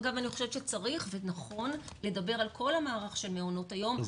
אגב אני חושבת שצריך ונכון לדבר על כל המערך של מעונות היום,